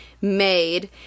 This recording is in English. made